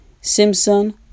Simpson